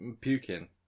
Puking